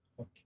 Okay